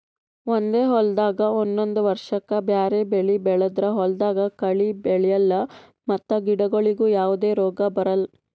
ಒಂದೇ ಹೊಲ್ದಾಗ್ ಒಂದೊಂದ್ ವರ್ಷಕ್ಕ್ ಬ್ಯಾರೆ ಬೆಳಿ ಬೆಳದ್ರ್ ಹೊಲ್ದಾಗ ಕಳಿ ಬೆಳ್ಯಾಲ್ ಮತ್ತ್ ಗಿಡಗೋಳಿಗ್ ಯಾವದೇ ರೋಗ್ ಬರಲ್